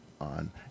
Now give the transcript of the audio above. on